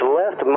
left